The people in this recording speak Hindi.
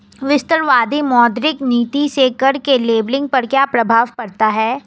विस्तारवादी मौद्रिक नीति से कर के लेबलिंग पर क्या प्रभाव पड़ता है?